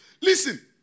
Listen